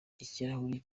ikirahuri